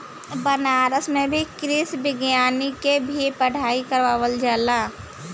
बनारस में भी कृषि विज्ञान के भी पढ़ाई करावल जाला